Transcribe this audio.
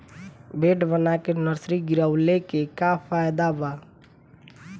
Bed बना के nursery गिरवले के का फायदा बा?